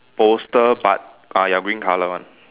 poster but ah ya green colour one